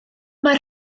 mae